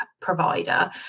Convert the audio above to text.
provider